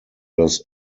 los